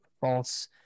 false